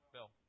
Bill